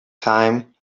time